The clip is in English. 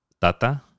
Tata